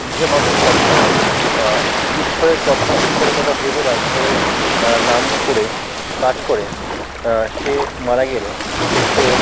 যা মানুষ সবসময় ঈশ্বরের কথা ঈশ্বরের কথা ভেবে বা ঈশ্বরের নাম করে কাজ করেন সে মারা গেলে সে